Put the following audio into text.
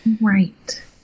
Right